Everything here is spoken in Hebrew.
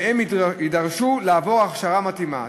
והם יידרשו לעבור הכשרה מתאימה.